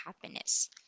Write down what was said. happiness